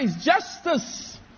justice